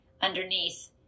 underneath